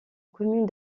commune